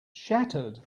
shattered